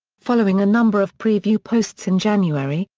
following a number of preview posts in january,